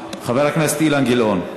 חבר הכנסת אילן גילאון.